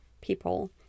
people